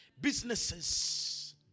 Businesses